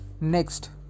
Next